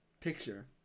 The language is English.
picture